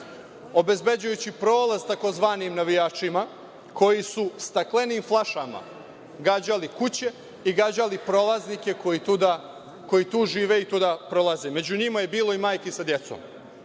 obezbeđujući prolaz tzv. navijačima, koji su staklenim flašama gađali kuće i gađali prolaznike koji tu žive i tuda prolaze. Među njima je bilo i majki sa decom. Šta